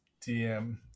DM